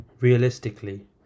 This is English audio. Realistically